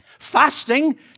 Fasting